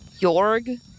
Jorg